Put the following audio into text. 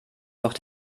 doch